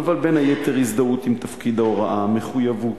בין היתר הזדהות עם תפקיד ההוראה, מחויבות,